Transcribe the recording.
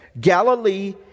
galilee